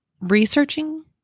researching